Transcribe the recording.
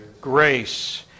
Grace